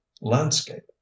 landscape